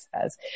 says